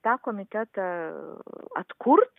tą komitetą atkurt